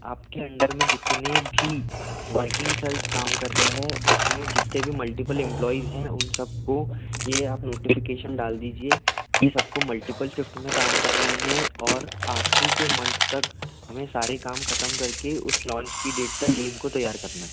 आपके अंदर में जितने भी वर्किंग सेल्स काम कर रहे हैं उसमे जितने भी मल्टीपल इम्प्लॉय हैं उन सब को यह आप नोटिफिकेशन डाल दीजिए की सबको मल्टीपल शिफ्ट में काम करना है और आखिरी के मंथ तक हमें सारे काम ख़त्म करके उस लांच की डेट तक डेन को तैयार करना है